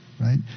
right